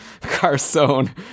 Carson